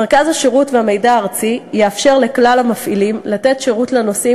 מרכז השירות והמידע הארצי יאפשר לכלל המפעילים לתת שירות לנוסעים,